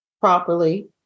properly